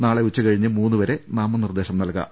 നാളെ ഉച്ചകഴിഞ്ഞ് മൂന്ന് വരെ നാമനിർദേശം നൽകാം